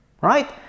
right